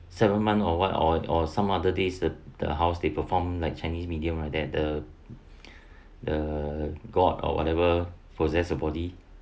seven month or what or or some other days the the house they perform like chinese medium ah that the the god or whatever possessed a body